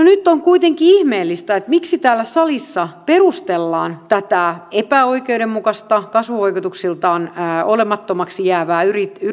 nyt on kuitenkin ihmeellistä se miksi täällä salissa perustellaan tätä epäoikeudenmukaista kasvuvaikutuksiltaan olemattomaksi jäävää